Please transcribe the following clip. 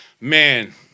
man